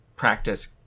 practice